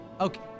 Okay